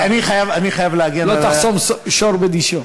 לא תחסום שור בדישו.